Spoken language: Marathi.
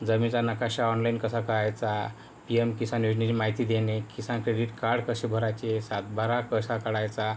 जमिनीचा नकाशा ऑनलाईन कसा काढायचा पी येम किसान योजनेची माहिती देणे किसान क्रेडिट कार्ड कसे भरायचे सात बारा कसा काढायचा